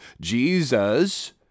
Jesus